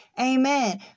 amen